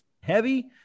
heavy